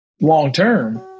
long-term